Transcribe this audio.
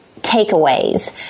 takeaways